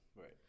right